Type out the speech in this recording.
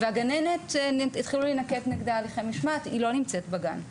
החלו להינקט נגד הגננת הליכי משמעת והיא לא נמצאת בגן,